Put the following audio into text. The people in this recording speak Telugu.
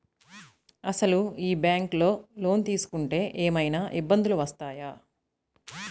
అసలు ఈ బ్యాంక్లో లోన్ తీసుకుంటే ఏమయినా ఇబ్బందులు వస్తాయా?